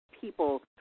people